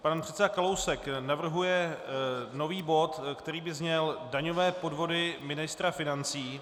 Pan předseda Kalousek navrhuje nový bod, který by zněl Daňové podvody ministra financí.